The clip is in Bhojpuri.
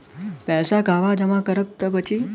पैसा कहवा जमा करब त बची?